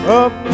up